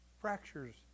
fractures